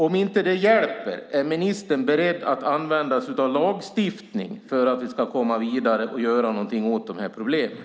Om inte det hjälper, är ministern beredd att använda sig av lagstiftning för att vi ska komma vidare och göra någonting åt problemen?